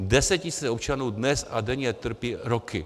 Desetitisíce občanů dnes a denně trpí roky.